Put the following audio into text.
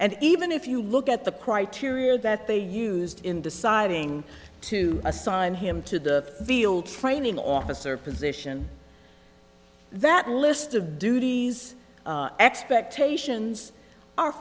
and even if you look at the criteria that they used in deciding to assign him to the field training officer position that list of duties expectations are